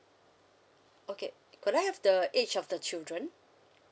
okay could I have the age of the children